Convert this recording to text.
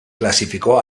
clasificó